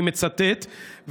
אני מצטט,